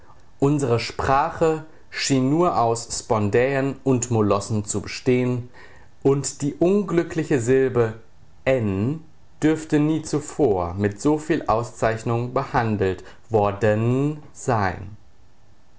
unsere sprache schien nur aus spondäen und molossen zu bestehen und die unglückliche silbe en dürfte nie zuvor mit so viel auszeichnung behandelt worden sein